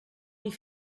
wie